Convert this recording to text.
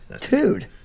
Dude